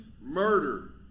murder